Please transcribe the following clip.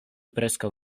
preskaŭ